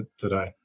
today